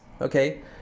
okay